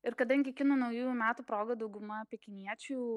ir kadangi kinų naujųjų metų proga dauguma pekiniečių